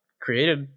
created